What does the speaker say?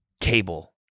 cable